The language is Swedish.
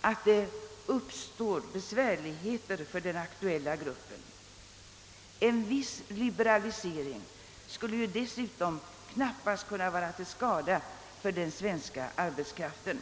att det uppstår besvärligheter för den aktuella gruppen. En viss liberalisering skulle dessutom knappast bli till skada för den svenska arbetskraften.